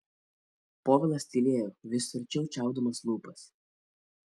povilas tylėjo vis tvirčiau čiaupdamas lūpas